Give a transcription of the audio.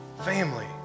Family